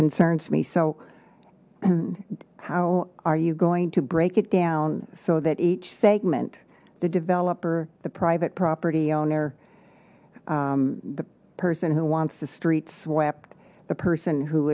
concerns me so and how are you going to break it down so that each segment the developer the private property owner the person who wants the street swept the person who